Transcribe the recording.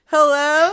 Hello